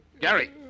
Gary